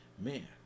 man